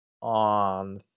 on